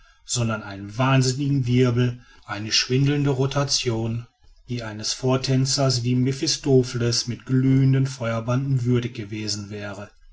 sondern einen wahnsinnigen wirbel eine schwindelnde rotation die eines vortänzers wie mephistopheles mit glühendem feuerbrande würdig gewesen wäre